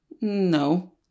No